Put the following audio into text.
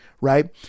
right